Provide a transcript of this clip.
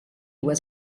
was